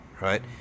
Right